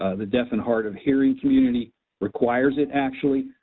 ah the deaf and hard of hearing community requires it actually,